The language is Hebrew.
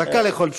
דקה לכל תשובה.